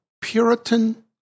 Puritan